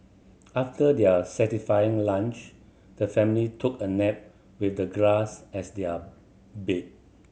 after their satisfying lunch the family took a nap with the grass as their bed